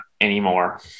anymore